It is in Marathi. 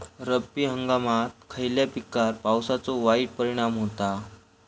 रब्बी हंगामात खयल्या पिकार पावसाचो वाईट परिणाम होता?